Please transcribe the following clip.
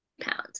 pounds